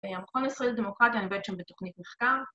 ‫המכון הישראלי לדמוקרטיה, ‫אני באתי שם בתוכנית מחקר.